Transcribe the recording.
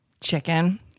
Chicken